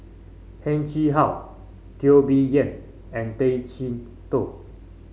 Heng Chee How Teo Bee Yen and Tay Chee Toh